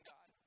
God